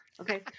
Okay